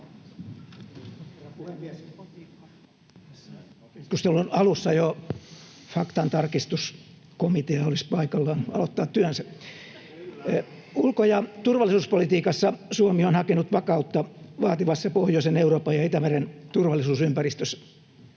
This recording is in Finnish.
puhemies! Jo tässä keskustelun alussa faktantarkistuskomitean olisi paikallaan aloittaa työnsä. Ulko- ja turvallisuuspolitiikassa Suomi on hakenut vakautta vaativassa pohjoisen Euroopan ja Itämeren turvallisuusympäristössä.